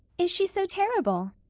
is she so terrible?